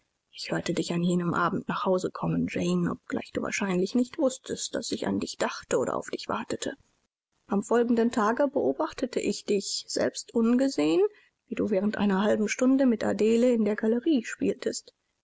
ich hörte dich an jenem abend nach hause kommen jane obgleich du wahrscheinlich nicht wußtest daß ich an dich dachte oder auf dich wartete am folgenden tage beobachtete ich dich selbst ungesehen wie du während einer halben stunde mit adele in der galerie spieltest